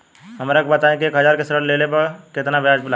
हमरा के बताई कि एक हज़ार के ऋण ले ला पे केतना ब्याज लागी?